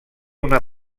una